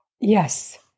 Yes